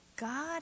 God